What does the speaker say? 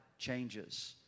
Changes